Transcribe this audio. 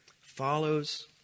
follows